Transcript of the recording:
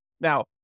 now